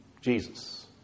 Jesus